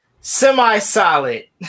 semi-solid